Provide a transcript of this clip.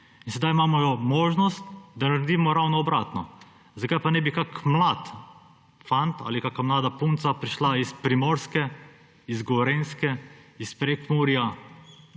Zdaj imamo možnost, da naredimo ravno obratno. Zakaj pa ne bi kak mlad fant ali kaka mlada punca prišla s Primorske, Gorenjske, iz Prekmurja